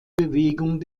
bewegung